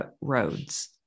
roads